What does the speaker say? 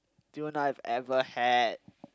tuna I ever had